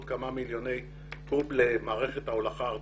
כמה מיליוני קוב למערכת ההולכה הארצית.